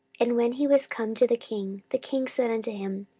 and when he was come to the king, the king said unto him,